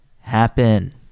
happen